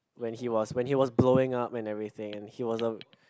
when he was when he was blowing up and everything and he was a